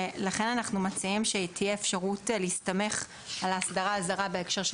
לכן אנחנו מציעים שתהיה אפשרות להסתמך על ההסדרה הזרה בהקשר של